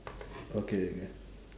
okay okay